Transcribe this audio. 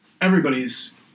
everybody's